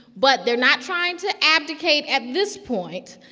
but they're not trying to abdicate at this point.